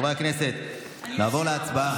חברי הכנסת, נעבור להצבעה.